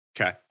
okay